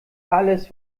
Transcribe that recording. alles